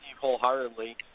wholeheartedly